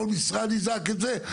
כל משרד יזעק את זה?